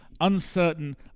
uncertain